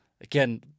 again